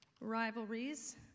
rivalries